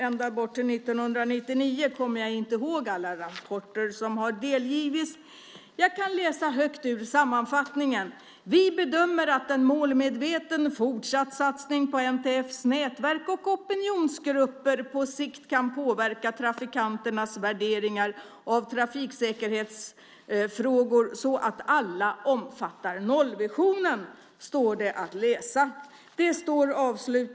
Jag kommer inte ihåg alla rapporter som har delgivits ända tillbaka till 1999. Av sammanfattningen framgår att en målmedveten fortsatt satsning på NTF:s nätverk och opinionsgrupper på sikt kan påverka trafikanternas värderingar av trafiksäkerhetsfrågor så att alla omfattar nollvisionen.